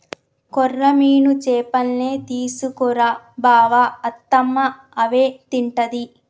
కొర్రమీను చేపల్నే తీసుకు రా బావ అత్తమ్మ అవే తింటది